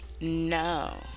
No